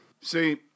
See